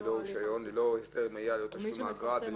ללא תשלום אגרה,